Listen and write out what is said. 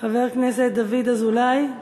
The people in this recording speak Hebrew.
חבר הכנסת דוד אזולאי,